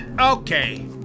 Okay